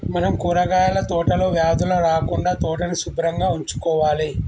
మనం కూరగాయల తోటలో వ్యాధులు రాకుండా తోటని సుభ్రంగా ఉంచుకోవాలి